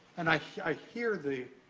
and i hear the,